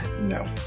No